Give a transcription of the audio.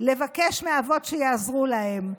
לבקש מהאבות שיעזרו להם.